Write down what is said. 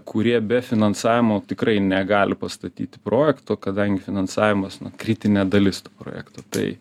kurie be finansavimo tikrai negali pastatyti projekto kadangi finansavimas kritinė dalis tų projektų tai